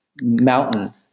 mountain